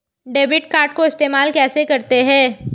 Debit card को इस्तेमाल कैसे करते हैं?